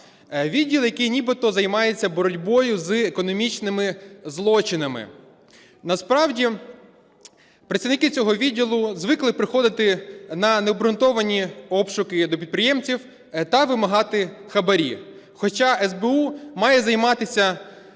відділ, який нібито займається боротьбою з економічними злочинами. Насправді працівники цього відділу звикли приходити на необґрунтовані обшуки до підприємців та вимагати хабарі. Хоча СБУ має займатися